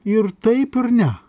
ir taip ir ne